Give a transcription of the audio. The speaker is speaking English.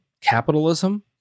capitalism